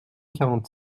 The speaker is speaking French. quarante